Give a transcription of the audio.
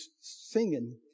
singing